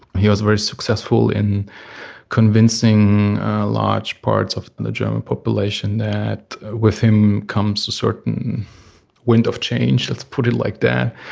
he was very successful in convincing large parts of and the german population that with him comes a certain wind of change, let's put it like that.